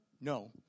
No